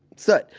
soot.